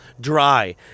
dry